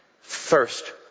first